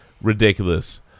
Ridiculous